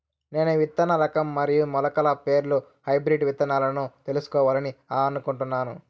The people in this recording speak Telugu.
నేను విత్తన రకం మరియు మొలకల పేర్లు హైబ్రిడ్ విత్తనాలను తెలుసుకోవాలని అనుకుంటున్నాను?